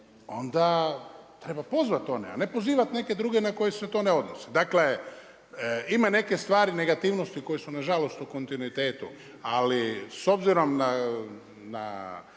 onda treba pozvat one, a ne pozivat neke druge na koje se to ne odnosi. Dakle, ima neke stvari negativnosti koje su na žalost u kontinuitetu. Ali s obzirom na